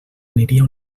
aniria